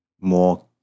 more